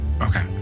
Okay